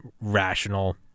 rational